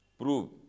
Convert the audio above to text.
prove